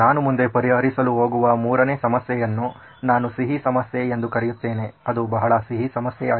ನಾನು ಮುಂದೆ ಪರಿಹರಿಸಲು ಹೋಗುವ 3ನೇ ಸಮಸ್ಯೆಯನ್ನು ನಾನು ಸಿಹಿ ಸಮಸ್ಯೆ ಎಂದು ಕರೆಯುತ್ತೇನೆ ಅದು ಬಹಳ ಸಿಹಿ ಸಮಸ್ಯೆಯಾಗಿದೆ